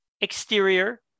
exterior